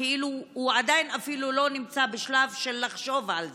כאילו הוא עדיין אפילו לא נמצא בשלב של לחשוב על זה.